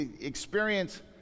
experience